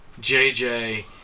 JJ